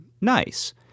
nice